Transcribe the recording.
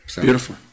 Beautiful